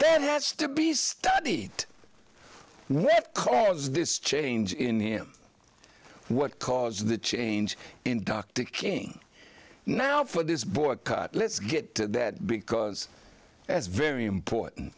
that has to be studied with cause this change in him what caused the change in dr king now for this boycott let's get to that because it's very important